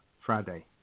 Friday